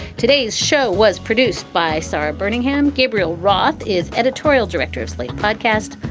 today's show was produced by sara birmingham. gabriel roth is editorial director of slate podcast.